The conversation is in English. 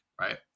right